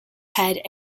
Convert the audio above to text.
head